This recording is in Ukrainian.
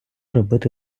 робити